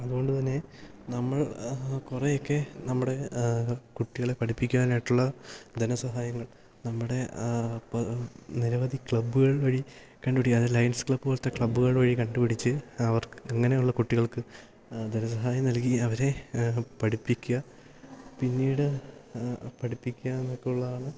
അതുകൊണ്ടുതന്നെ നമ്മൾ കുറേയൊക്കെ നമ്മുടെ കുട്ടികളെ പഠിപ്പിക്കുവാനായിട്ടുള്ള ധനസഹായങ്ങൾ നമ്മുടെ നിരവധി ക്ലബ്ബുകൾ വഴി കണ്ടുപിടിക്കുക അത് ലയൺസ് ക്ലബ് പോലത്തെ ക്ലബ്ബുകൾ വഴി കണ്ടുപിടിച്ച് അവർക്ക് അങ്ങനെയുള്ള കുട്ടികൾക്ക് ധനസഹായം നൽകി അവരെ പഠിപ്പിക്കുക പിന്നീട് പഠിപ്പിക്കുക എന്നൊക്കെ ഉള്ളതാണ്